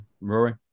Rory